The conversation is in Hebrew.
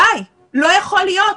די, לא יכול להיות.